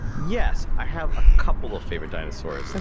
yes, i have a couple of favorite dinosaurs,